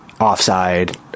offside